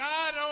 God